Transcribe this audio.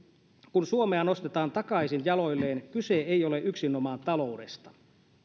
kun suomea nostetaan takaisin jaloilleen kyse ei ole yksinomaan taloudesta